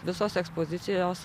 visos ekspozicijos